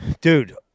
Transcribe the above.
Dude